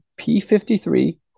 P53